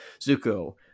Zuko